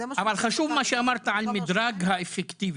אבל חשוב מה שאמרת על מדרג האפקטיביות,